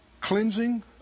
cleansing